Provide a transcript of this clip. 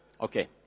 Okay